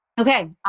Okay